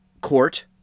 court